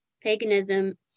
Paganism